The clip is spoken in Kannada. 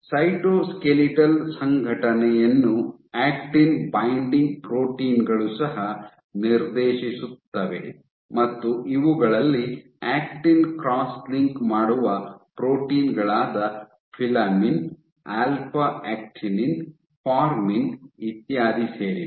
ಸೈಟೋಸ್ಕೆಲಿಟಲ್ ಸಂಘಟನೆಯನ್ನು ಆಕ್ಟಿನ್ ಬೈಂಡಿಂಗ್ ಪ್ರೋಟೀನ್ ಗಳು ಸಹ ನಿರ್ದೇಶಿಸುತ್ತವೆ ಮತ್ತು ಇವುಗಳಲ್ಲಿ ಆಕ್ಟಿನ್ ಕ್ರಾಸ್ ಲಿಂಕ್ ಮಾಡುವ ಪ್ರೋಟೀನ್ ಗಳಾದ ಫಿಲಾಮಿನ್ ಆಲ್ಫಾ ಆಕ್ಟಿನಿನ್ ಫಾರ್ಮಿನ್ ಇತ್ಯಾದಿ ಸೇರಿವೆ